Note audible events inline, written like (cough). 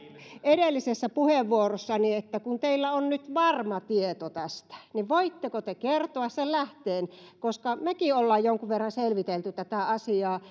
edellisessä puheenvuorossani että kun teillä on nyt varma tieto tästä voitteko te kertoa sen lähteen koska mekin olemme jonkun verran selvitelleet tätä asiaa (unintelligible)